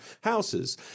houses